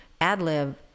ad-lib